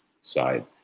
side